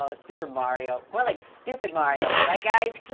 ah super mario, more like stupid mario, right guys?